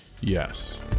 Yes